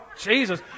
Jesus